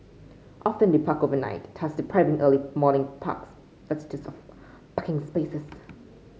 often they park overnight thus depriving early morning parks visitors of parking spaces